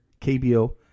KBO